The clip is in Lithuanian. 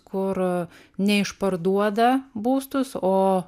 kur neišparduoda būstus o